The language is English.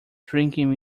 drinking